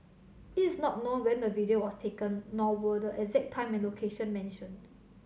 it is not known when the video was taken nor were the exact time and location mentioned